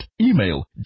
Email